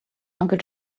uncle